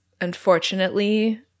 unfortunately